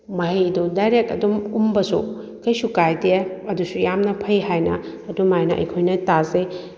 ꯃꯍꯤꯗꯨ direct ꯑꯗꯨꯝ ꯎꯝꯕꯁꯨ ꯀꯩꯁꯨ ꯀꯥꯏꯗꯦ ꯑꯗꯨꯁꯨ ꯌꯥꯝꯅ ꯐꯩ ꯍꯥꯏꯅ ꯑꯗꯨꯃꯥꯏꯅ ꯑꯩꯈꯣꯏꯅ ꯇꯥꯖꯩ